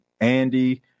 Andy